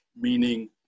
meaning